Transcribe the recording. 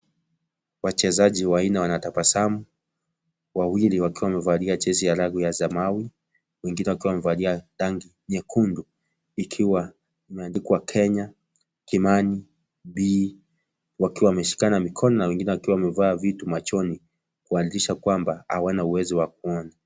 Wachezaji wanne wanatabasamu, wawili wakiwa wamevalia jezi ya rangi ya samawi, wengine wakiwa wamevalia rangi nyekundu ikiwa imeandikwa Kenya Kimani B, wakiwa wameshikana mikono na wengine wakiwa wamevalia vitu machoni kuanzisha kwamba hawana uwezo wa kuona.